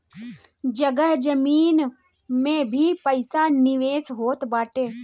जगह जमीन में भी पईसा निवेश होत बाटे